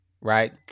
right